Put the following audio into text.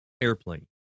airplane